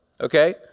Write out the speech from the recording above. Okay